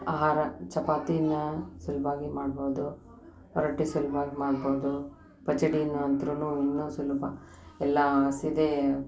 ಆಹಾರ ಚಪಾತೀನ್ನು ಸುಲ್ಭವಾಗಿ ಮಾಡ್ಬೋದು ರೊಟ್ಟಿ ಸುಲ್ಭಾಗಿ ಮಾಡ್ಬೋದು ಪಚಡಿನೂ ಅಂತ್ರು ಇನ್ನೂ ಸುಲಭ ಎಲ್ಲ ಹಸಿದೇ